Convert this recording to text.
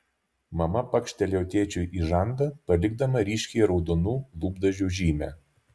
mama pakštelėjo tėčiui į žandą palikdama ryškiai raudonų lūpdažių žymę